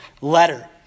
letter